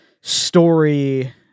story